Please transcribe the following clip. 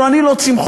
תראו, אני לא צמחוני.